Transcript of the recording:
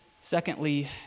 Secondly